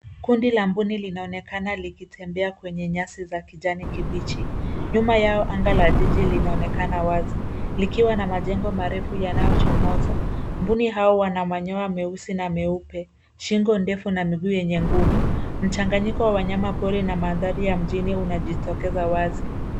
Kundi la mbuni linaonekana likitembea kwenye nyasi za kijani kibichi. Nyuma yao, anga la jiji linaonekana wazi likiwa na majengo marefu yanayochomoza. Mbuni hao wana manyoya meusi na meupe, shingo ndefu na miguu yenye nguvu. Mchanganyiko wa wanyamapori na mandhari ya mjini unajitokeza wazi.